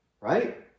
right